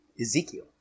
Ezekiel